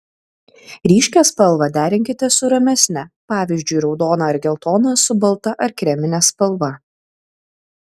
ryškią spalvą derinkite su ramesne pavyzdžiui raudoną ar geltoną su balta ar kremine spalva